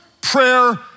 prayer